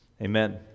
amen